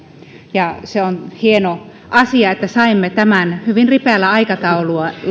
ja se on hieno asia että saimme tämän hyvin ripeällä aikataululla